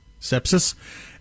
sepsis